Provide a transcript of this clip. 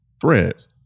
threads